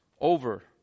over